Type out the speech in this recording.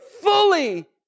fully